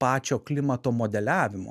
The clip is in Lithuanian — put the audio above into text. pačio klimato modeliavimo